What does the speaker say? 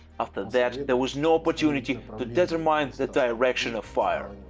after that there was no opportunity to determine the direction of fire.